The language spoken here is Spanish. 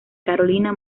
carolina